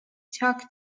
talk